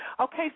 Okay